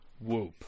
Whoop